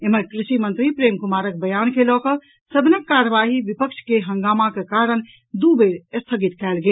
एम्हर कृषि मंत्री प्रेम कुमारक बयान के लऽकऽ सदनक कार्यवाही विपक्ष के हंगामाक कारण दू बेर स्थगित कयल गेल